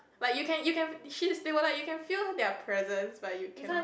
like you can you can you can like feel their presence but you cannot